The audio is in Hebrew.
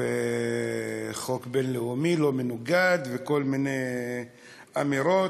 והחוק בין-לאומי לא מנוגד, וכל מיני אמירות.